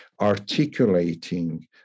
articulating